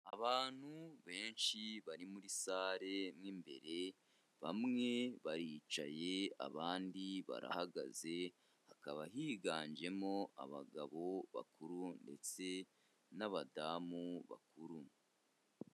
Abantu benshi bari muri sare mu imbere bamwe baricaye abandi barahagaze hakaba higanjemo abagabo bakuru ndetse n'abadamu bakuru.